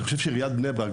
אני חושב שעיריית בני ברק,